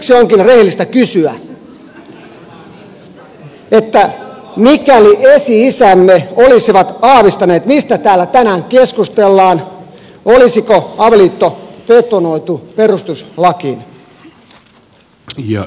siksi onkin rehellistä kysyä että mikäli esi isämme olisivat aavistaneet mistä täällä tänään keskustellaan olisiko avioliitto betonoitu perustuslakiin